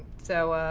so,